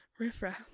Riffra